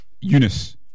Eunice